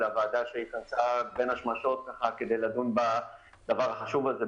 ולוועדה שהתכנסה בין השמשות כדי לדון בדבר החשוב הזה,